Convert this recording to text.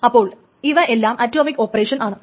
അപ്പോൾ ഇവ എല്ലാം അറ്റോമിക് ഓപ്പറേഷൻ ആണ്